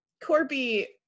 Corby